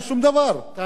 תעלה את זה על סדר-היום.